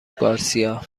گارسیا